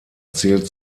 zählt